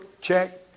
check